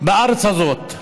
בארץ הזאת.